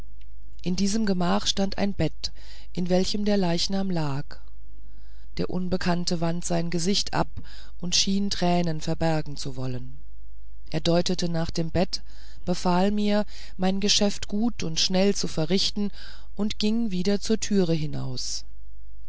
in diesem gemach stand ein bett in welchem der leichnam lag der unbekannte wandte sein gesicht ab und schien tränen verbergen zu wollen er deutete nach dem bett befahl mir mein geschäft gut und schnell zu verrichten und ging wieder zur türe hinaus